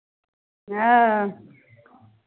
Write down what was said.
हँ